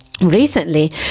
Recently